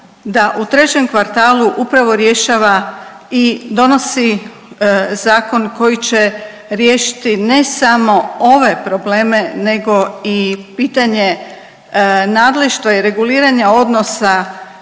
da u trećem kvartalu upravo rješava i donosi zakon koji će riješiti ne samo ove probleme nego i pitanje nadleštva i reguliranje odnosa